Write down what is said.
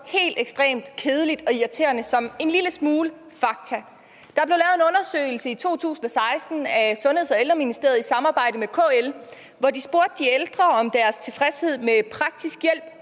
helt ekstremt kedeligt og irriterende som en lille smule fakta. Der blev lavet en undersøgelse i 2016 af Sundheds- og Ældreministeriet i samarbejde med KL, hvor de spurgte de ældre om deres tilfredshed med praktisk hjælp